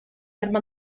arma